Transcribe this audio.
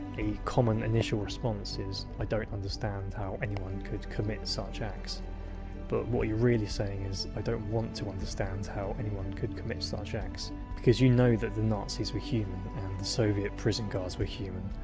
a common initial response is i don't understand how anyone could commit such acts but what you're really saying is, i don't want to understand how anyone could commit such acts because you know that the nazis were human, and the soviet prison guards were human,